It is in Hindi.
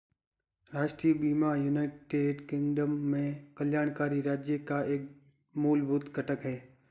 राष्ट्रीय बीमा यूनाइटेड किंगडम में कल्याणकारी राज्य का एक मूलभूत घटक है